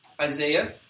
Isaiah